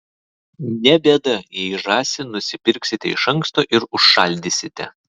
ne bėda jei žąsį nusipirksite iš anksto ir užšaldysite